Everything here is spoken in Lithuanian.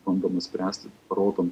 bandomas spręsti rodom